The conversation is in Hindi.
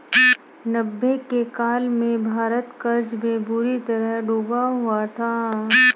नब्बे के काल में भारत कर्ज में बुरी तरह डूबा हुआ था